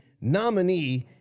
nominee